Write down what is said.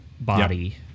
body